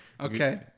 okay